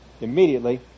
immediately